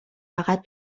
فقط